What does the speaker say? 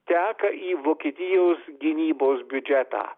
teka į vokietijos gynybos biudžetą